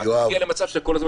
אתה מגיע למצב שאתה כל הזמן